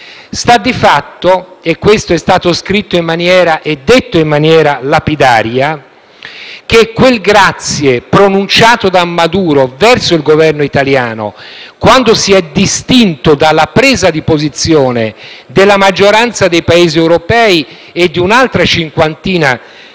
Sta di fatto - e questo è stato scritto e detto in maniera lapidaria - che quel «grazie» pronunciato da Maduro verso il Governo italiano, quando quest'ultimo si è distinto dalla presa di posizione della maggioranza dei Paesi europei e di un'altra cinquantina di